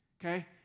okay